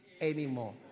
anymore